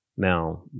Now